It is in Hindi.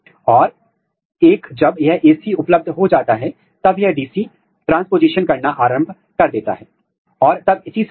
इसी तरह का अध्ययन Arabidopsis thaliana के शूट एपिकल मेरिस्टेम में किया गया है और यहां एक महत्वपूर्ण प्रोटीन जिसे WUSCHEL कहा जाता है का अध्ययन किया जाता है